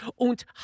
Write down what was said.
Und